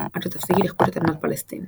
עד שתפסיקי לכבוש את אדמת פלסטין.